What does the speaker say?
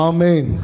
Amen